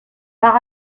par